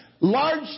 Large